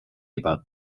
about